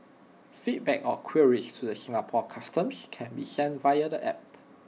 feedback or queries to the Singapore Customs can be sent via the app